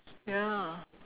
ya